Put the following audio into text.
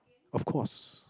of course